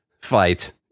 fight